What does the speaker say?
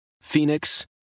Phoenix